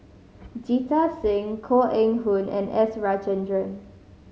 Jita Singh Koh Eng Hoon and S Rajendran